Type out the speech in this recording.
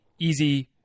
easy